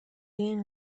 این